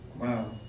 Wow